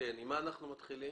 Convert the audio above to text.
עם מה אנחנו מתחילים?